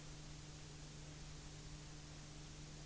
Jag hoppas att utskottets talesman kan bekräfta detta.